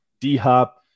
D-Hop